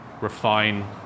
refine